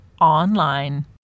online